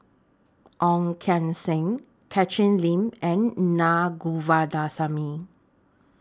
Ong Keng Sen Catherine Lim and Naa Govindasamy